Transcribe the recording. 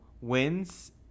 wins